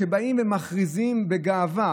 גם באים ומכריזים בגאווה